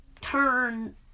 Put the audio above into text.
turn